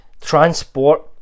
transport